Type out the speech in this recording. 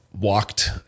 walked